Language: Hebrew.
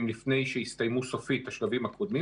לפני שהסתיימו סופית השלבים הקודמים.